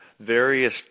various